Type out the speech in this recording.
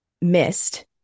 missed